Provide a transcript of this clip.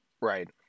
Right